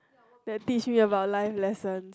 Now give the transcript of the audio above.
that teach me about life lessons